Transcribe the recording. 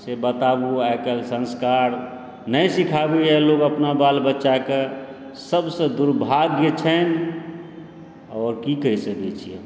से बताउ आइकाल्हि संस्कार नहि सीखाबैए लोग अपना बाल बच्चाके सबसँ दुर्भाग्य छन्हि आओर की कहि सकैत छी हम